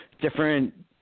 different